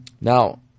Now